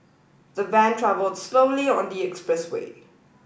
the van travelled slowly on the express way